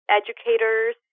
educators